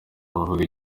bavuga